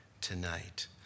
tonight